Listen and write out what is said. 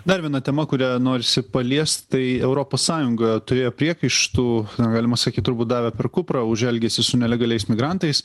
dar viena tema kurią norisi paliest tai europos sąjunga turėjo priekaištų galima sakyt turbūt davė per kuprą už elgesį su nelegaliais migrantais